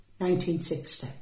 1960